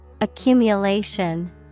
Accumulation